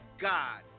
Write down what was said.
God